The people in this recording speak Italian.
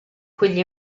quegli